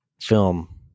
film